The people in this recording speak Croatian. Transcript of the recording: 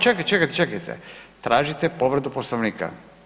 Čekajte, čekajte, tražite povredu Poslovnika?